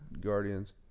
Guardians